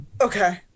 Okay